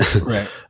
right